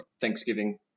Thanksgiving